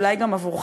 אולי גם עבורך,